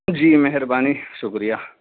جی مہربانی شکریہ